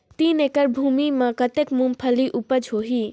तीन एकड़ भूमि मे कतेक मुंगफली उपज होही?